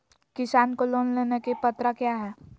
किसान को लोन लेने की पत्रा क्या है?